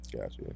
Gotcha